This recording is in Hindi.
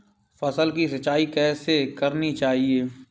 फसल की सिंचाई कैसे करनी चाहिए?